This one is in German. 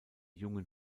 jungen